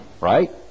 Right